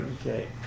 okay